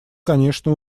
конечно